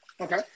Okay